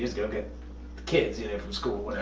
go get kids you know from school,